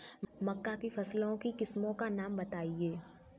मक्का की फसल की किस्मों का नाम बताइये